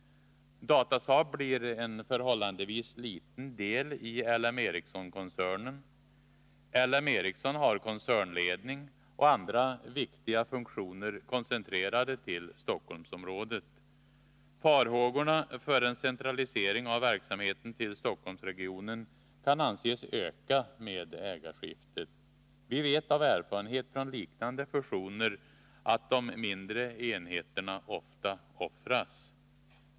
Datasaab blir en förhållandevis liten del i L M Ericsson-koncernen. L M Ericsson har koncernledning och andra viktiga funktioner koncentrerade till Stockholmsområdet. Farhågorna för en centralisering av verksamheten till Stockholmsregionen kan anses öka med ägarskiftet. Vi vet av erfarenhet från liknande fusioner att de mindre enheterna ofta offras.